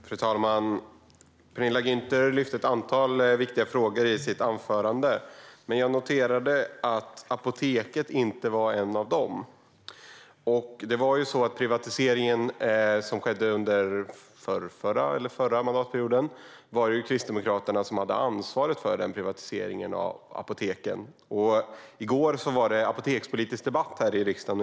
Fru talman! Penilla Gunther lyfte ett antal viktiga frågor i sitt anförande, men jag noterade att apoteket inte var en av dem. Det var Kristdemokraterna som hade ansvaret för den privatisering av apoteken som skedde under förrförra eller förra mandatperioden. I går var det apotekspolitisk debatt här i riksdagen.